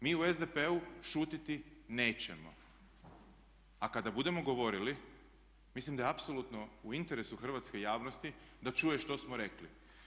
Mi u SDP-u šutiti nećemo, a kada budemo govorili mislim da je apsolutno u interesu hrvatske javnosti da čuje što smo rekli.